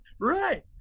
Right